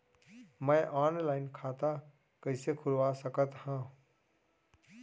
मैं ऑनलाइन खाता कइसे खुलवा सकत हव?